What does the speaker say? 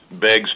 begs